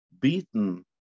Beaten